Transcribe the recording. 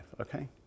okay